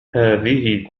هذه